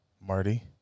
Marty